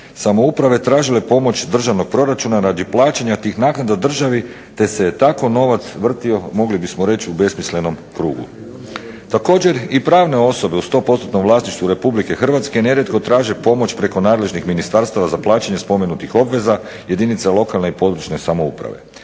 samouprave tražile pomoć državnog proračuna radi plaćanja tih naknada državi, te se je tako novac vrtio mogli bismo reći u besmislenom krugu. Također i pravne osobe u sto postotnom vlasništvu Republike Hrvatske nerijetko traže pomoć preko nadležnih ministarstava za plaćanje spomenutih obveza jedinica lokalne i područne samouprave.